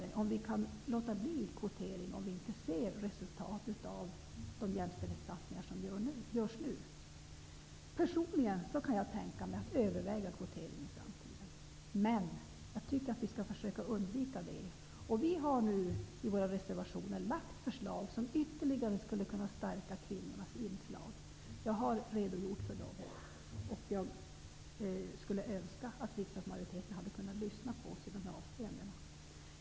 Den gällde om vi kan låta bli kvotering om vi inte ser resultat av de jämställdhetssatsningar som görs nu. Personligen kan jag tänka mig att överväga kvotering i framtiden. Men jag tycker att vi skall försöka undvika det. Vi har nu i våra reservationer lagt fram förslag som ytterligare skulle kunna stärka kvinnornas andel. Jag har redogjort för dem. Jag skulle önska att riksdagsmajoriteten hade kunnat lyssna på oss i de här avseendena.